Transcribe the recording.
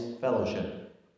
fellowship